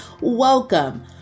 Welcome